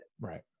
Right